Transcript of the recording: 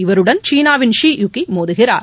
இவருடன் சீனாவின் ஷி யுக்கிமோதுகிறார்